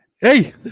Hey